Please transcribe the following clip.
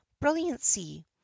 brilliancy